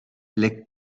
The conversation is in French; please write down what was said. les